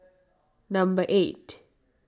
number eight